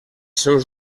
seus